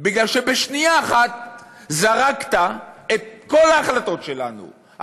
בגלל שבשנייה אחת זרקת את כל ההחלטות שלנו,